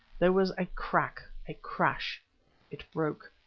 there was a crack a crash it broke.